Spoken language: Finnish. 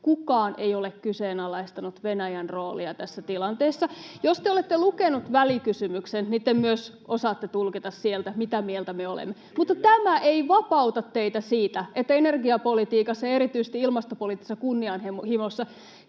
Kukaan ei ole kyseenalaistanut Venäjän roolia tässä tilanteessa. Jos te olette lukeneet välikysymyksen, niin te myös osaatte tulkita sieltä, mitä mieltä me olemme. Mutta tämä ei vapauta teitä siitä, että energiapolitiikassa ja erityisesti ilmastopoliittisessa kunnianhimossa,